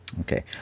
Okay